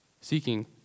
seeking